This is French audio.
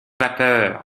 vapeur